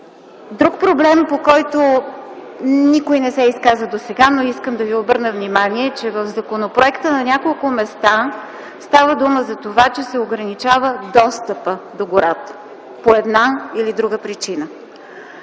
Друг проблем, по който никой не се изказа досега – искам да ви обърна внимание, че в законопроекта на няколко места става дума за това, че се ограничава достъпът до гората по една или друга причина.